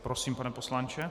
Prosím, pane poslanče.